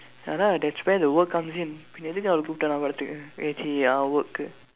ya lah that's where the work comes in ya work கு:ku